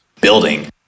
building